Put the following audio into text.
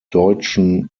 deutschen